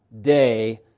day